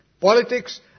politics